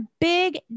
big